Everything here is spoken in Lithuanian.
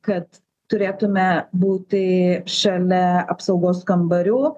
kad turėtume būti šalia apsaugos kambarių